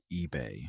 eBay